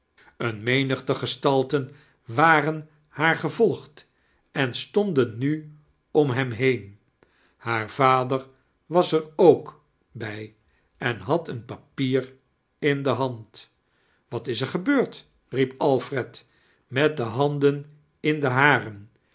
bene menigte gestalten waren haar gevolgd en stonden nu om hem heem haar vader was er ook bij en had een papier in de hand wat is er gebeurd riep alfred met de handen ill de haren